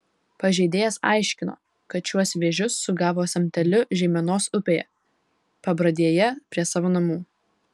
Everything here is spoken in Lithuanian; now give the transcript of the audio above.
pažeidėjas aiškino kad šiuos vėžius sugavo samteliu žeimenos upėje pabradėje prie savo namų